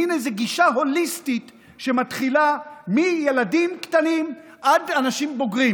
במין גישה הוליסטית שמתחילה מילדים קטנים עד אנשים בוגרים.